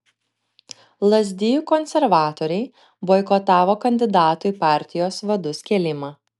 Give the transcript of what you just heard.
lazdijų konservatoriai boikotavo kandidatų į partijos vadus kėlimą